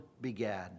began